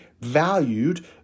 valued